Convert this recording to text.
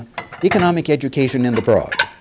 economic education in the broad.